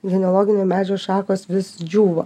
genealoginio medžio šakos vis džiūvo